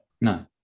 No